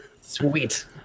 Sweet